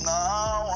now